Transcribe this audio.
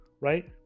right